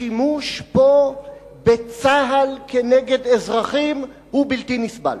השימוש פה בצה"ל כנגד אזרחים הוא בלתי נסבל.